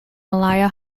malaya